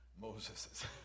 Moses